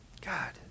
God